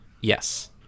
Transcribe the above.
yes